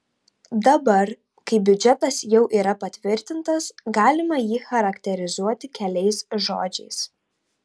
dabar kai biudžetas jau yra patvirtintas galima jį charakterizuoti keliais žodžiais